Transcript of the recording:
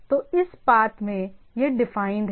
तो इस पाथ में यह डिफाइंड है